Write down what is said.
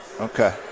Okay